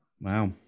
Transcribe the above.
Wow